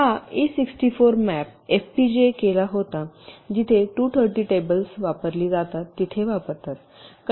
हा ई 64 map FPGA केला होता जिथे 230 टेबल्स वापरली जातात तिथे वापरतात